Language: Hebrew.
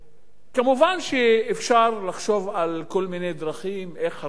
אפשר לחשוב על כל מיני דרכים איך הרשויות המקומיות